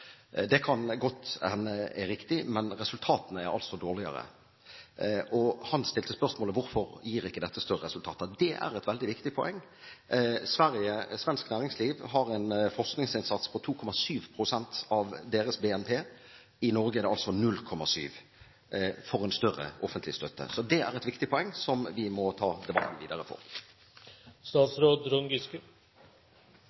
Det kan godt hende det er riktig, men resultatene er dårligere. Han stilte spørsmålet hvorfor dette ikke gir større resultater. Det er et veldig viktig poeng. Svensk næringsliv har en forskningsinnsats på 2,7 pst. av deres BNP. I Norge er det 0,7 – for en større offentlig støtte. Det er et viktig poeng som vi må ta med i debatten videre.